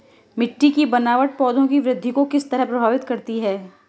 मिटटी की बनावट पौधों की वृद्धि को किस तरह प्रभावित करती है?